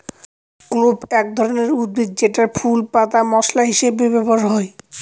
clove এক ধরনের উদ্ভিদ যেটার ফুল, পাতা মশলা হিসেবে ব্যবহার করে